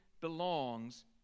belongs